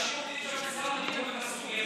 אתה סוגר,